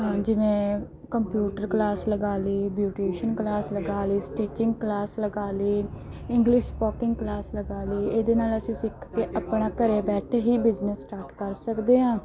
ਜਿਵੇਂ computer class ਲਗਾ ਲਈ ਬਿਊਟੇਸ਼ਨ ਕਲਾਸ ਲਗਾ ਲਈ ਸਟਿਚਿੰਗ ਕਲਾਸ ਲਗਾ ਲਈ ਇੰਗਲਿਸ਼ ਸਪੋਕਿੰਗ ਕਲਾਸ ਲਗਾ ਲਈ ਇਹਦੇ ਨਾਲ ਅਸੀਂ ਸਿੱਖ ਕੇ ਆਪਣਾ ਘਰ ਬੈਠੇ ਹੀ ਬਿਜਨਸ ਸਟਾਰਟ ਕਰ ਸਕਦੇ ਹਾਂ